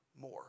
more